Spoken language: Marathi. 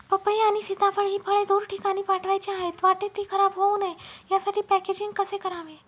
पपई आणि सीताफळ हि फळे दूर ठिकाणी पाठवायची आहेत, वाटेत ति खराब होऊ नये यासाठी पॅकेजिंग कसे करावे?